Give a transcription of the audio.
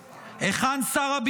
היכן שר החקלאות?